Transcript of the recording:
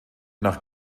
nach